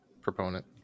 proponent